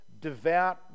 devout